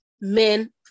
men